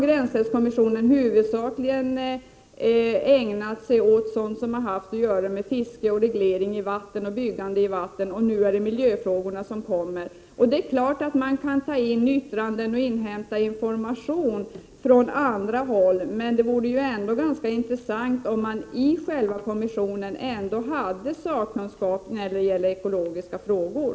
Gränsälvskommissionen ägnade sig tidigare huvudsakligen åt frågor som gällde fiske och reglering av vatten och byggande i vatten. Nu är det miljöfrågorna som kommer. Man kan naturligtvis ta in yttranden och inhämta information från andra håll. Det vore ändock ganska intressant att i själva kommissionen ha sakkunskap när det gäller ekologiska frågor.